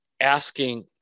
asking